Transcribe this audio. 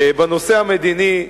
בנושא המדיני,